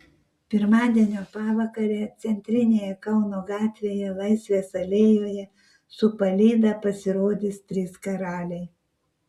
pirmadienio pavakarę centrinėje kauno gatvėje laisvės alėjoje su palyda pasirodys trys karaliai